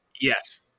Yes